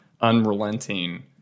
unrelenting